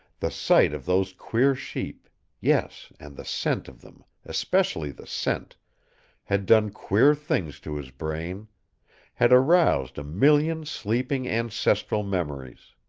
the sight of those queer sheep yes, and the scent of them, especially the scent had done queer things to his brain had aroused a million sleeping ancestral memories.